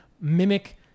mimic